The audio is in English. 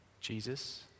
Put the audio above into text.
Jesus